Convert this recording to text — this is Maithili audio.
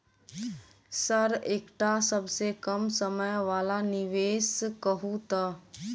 सर एकटा सबसँ कम समय वला निवेश कहु तऽ?